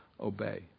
obey